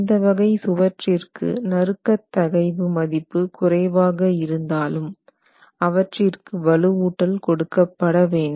இந்த வகை சுவற்றிற்கு நறுக்கத் தகைவு மதிப்பு குறைவாக இருந்தாலும் அவற்றிற்கு வலுவூட்டல் கொடுக்கப்படவேண்டும்